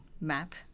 map